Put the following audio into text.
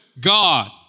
God